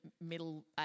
middle